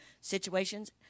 situations